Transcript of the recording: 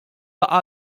laqgħa